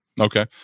Okay